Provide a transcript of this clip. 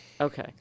okay